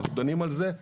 אנחנו דנים על זה.